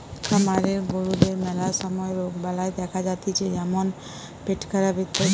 খামারের গরুদের ম্যালা সময় রোগবালাই দেখা যাতিছে যেমন পেটখারাপ ইত্যাদি